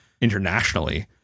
internationally